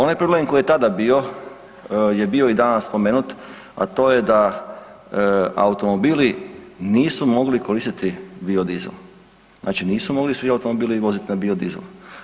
Onaj problem koji je tada bio je bio i danas spomenut, a to je da automobili nisu mogli koristiti biodizel, znači nisu mogli svi automobili vozit na biodizel.